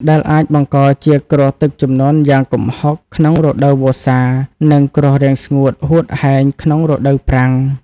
ដែលអាចបង្កជាគ្រោះទឹកជំនន់យ៉ាងគំហុកក្នុងរដូវវស្សា និងគ្រោះរាំងស្ងួតហួតហែងក្នុងរដូវប្រាំង។